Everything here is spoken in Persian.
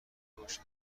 باشد